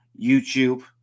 YouTube